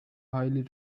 highly